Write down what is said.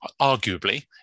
arguably